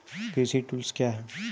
कृषि टुल्स क्या हैं?